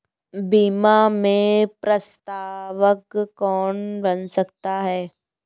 बीमा में प्रस्तावक कौन बन सकता है?